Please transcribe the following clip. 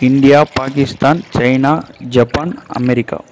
India Pakistan China Japan America